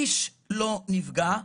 איש לא נפגע.